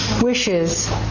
wishes